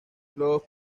los